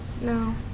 No